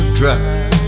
drive